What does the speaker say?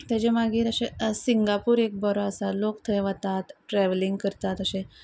ताचे मागीर अशे सिंगापूर एक बरो आसा लोक थंय वतात ट्रेवलींग करतात अशे